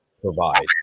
provide